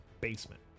basement